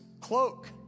cloak